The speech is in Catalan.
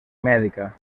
mèdica